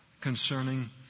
concerning